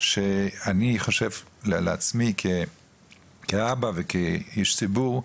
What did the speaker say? שאני חושב לעצמי כאבא וכאיש ציבור,